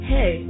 Hey